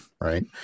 Right